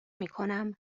میکنم